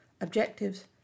Objectives